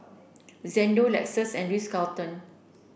Xndo Lexus and Ritz Carlton